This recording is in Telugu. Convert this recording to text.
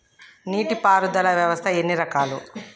నీటి పారుదల వ్యవస్థ ఎన్ని రకాలు?